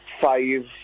five